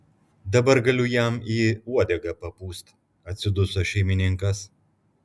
dabar galiu jam į uodegą papūsti atsiduso šeimininkas